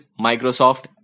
Microsoft